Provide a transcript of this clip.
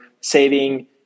saving